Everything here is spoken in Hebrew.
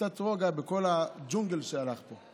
קצת רוגע בכל הג'ונגל שהלך פה.